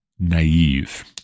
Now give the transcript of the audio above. naive